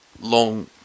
long